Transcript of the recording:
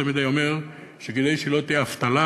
תמיד היה אומר שכדי שלא תהיה אבטלה,